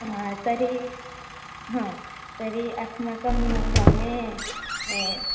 तर्हि तर्हि अस्माकं ग्रामे